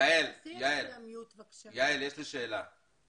יעל, יש לי שאלה.